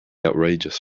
outrageous